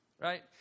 Right